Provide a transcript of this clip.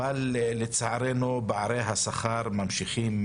אבל לצערנו, פערי השכר ממשיכים